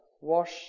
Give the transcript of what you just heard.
Wash